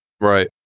Right